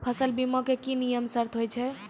फसल बीमा के की नियम सर्त होय छै?